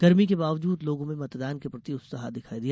गर्मी के बावजूद लोगों में मतदान के प्रति उत्साह दिखाई दिया